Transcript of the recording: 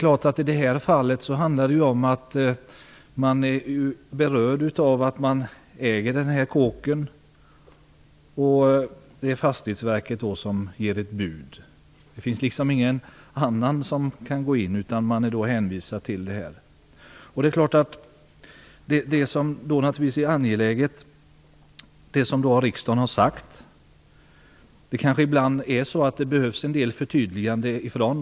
I det här fallet handlar det om att man är beroende av att man äger fastigheten, och det är Fastighetsverket som ger ett bud. Det finns liksom ingen annan som kan gå in, utan man är hänvisad till detta. Då är det som riksdagen har sagt naturligtvis angeläget. Ibland är det kanske så att det behövs en del förtydliganden.